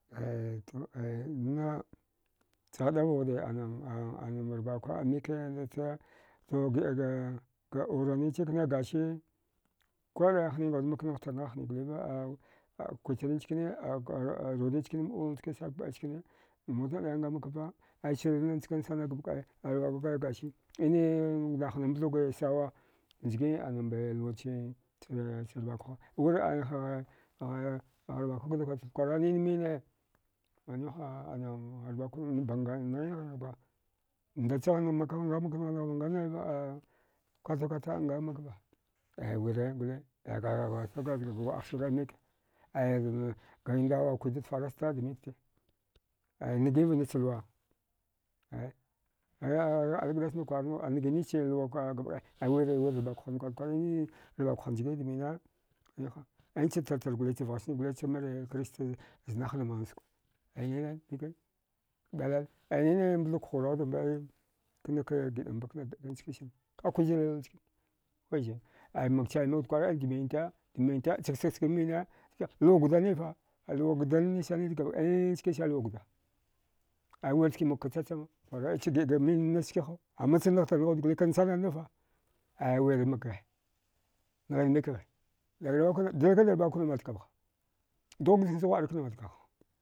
Aya to aya na chgɗavauda anam rbakwa amikike nace to giɗga wuranicha kna kasi kuraha hni ngwud maknaghtar nagha hnigliva a. kwitri njkine aruri chkine mɗul chkane mutan daya ngamakva aya sirni njkansana gabakɗaya gasi inee ga wudahni mthuge sawa njgii ana. ba luwache rbakwha wir ainihighe rbakwha kada kwarchka kwakwara ninmine maniwha ana mrbakw kna banga nghin highva ndachagha ngamak nghanghava nganaiva a kwatakwata ngamakva ai wire gole dag ghrazha aya giɗga ndawa kwidad farasta damikte aya ngiva nach luwa aya ghigh ali gdass na kwarna anghinich luwa gabdai aya wiri rbakwhana dakwarka kwra nine rbakwhana njghi dmina maniwha nacha tartar davgha channe gole chamili krista znahana mansukta ay nine mikai ay nine mthukha wuraudambai knake giɗamba kna gabɗai chkinsane akwizil wud chkine kwizin ai makchaminwud kwara dminta dminta cha ksagchga mina chka luwa guda nifa luwa gudan nisani gabɗai chkinsani luwa guda aiwirska makka chachama kwara icha gigamin nachskiha ama chanaghtar naghawudgule kansanannifa aya wirmaka, nghin mikghe lukwakna dilkada rbakwkana matkamha dugukadan nsag ghwa'a kna matkamha